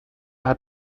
hat